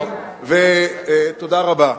תודה רבה.